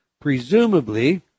presumably